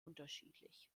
unterschiedlich